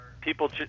people